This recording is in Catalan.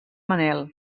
manel